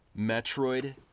Metroid